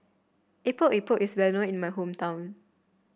Epok Epok is well known in my hometown